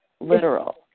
literal